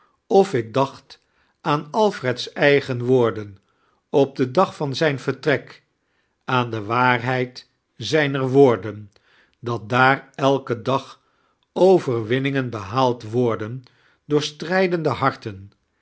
of ik dacht aan alfred's eigen woorden op den dag van zijn verbreik aan de waarheid zijneir woorden dat daar elken dag overwinningen behaald worden door stirijdende harten